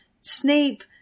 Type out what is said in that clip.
Snape